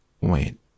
wait